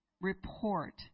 report